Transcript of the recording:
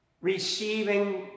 receiving